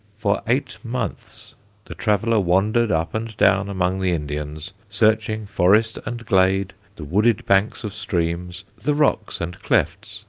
for eight months the traveller wandered up and down among the indians, searching forest and glade, the wooded banks of streams, the rocks and clefts,